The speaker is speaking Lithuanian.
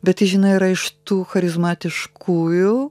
bet jis žinai yra iš tų charizmatiškųjų